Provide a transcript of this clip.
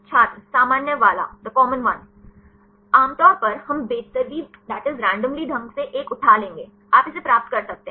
छात्र सामान्य वाला आम तौर पर हम बेतरतीब ढंग से एक उठा लेंगे आप इसे प्राप्त कर सकते हैं